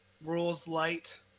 rules-light